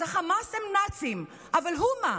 אז חמאס הם נאצים, אבל הוא מה?